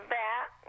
back